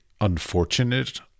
unfortunate